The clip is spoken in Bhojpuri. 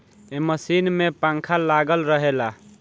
ए मशीन में पंखा लागल रहेला